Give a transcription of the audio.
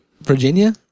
Virginia